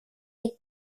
est